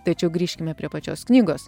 tačiau grįžkime prie pačios knygos